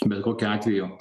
bet kokiu atveju